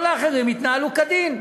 כל האחרים התנהלו כדין.